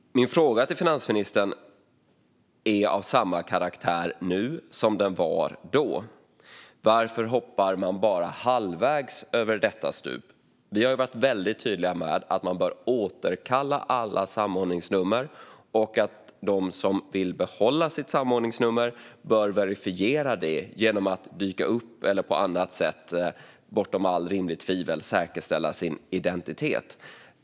Min fråga till finansministern är av samma karaktär nu som den var då. Varför hoppar man bara halvvägs över detta stup? Vi har varit väldigt tydliga med att man bör återkalla alla samordningsnummer och att de som vill behålla sitt samordningsnummer bör verifiera det genom att dyka upp eller på annat sätt bortom allt rimligt tvivel säkerställa sin identitet.